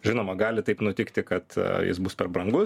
žinoma gali taip nutikti kad a jis bus per brangus